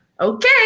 okay